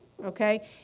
Okay